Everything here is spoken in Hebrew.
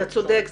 אתה צודק,